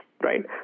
Right